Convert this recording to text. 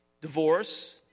divorce